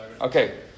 Okay